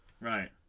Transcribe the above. Right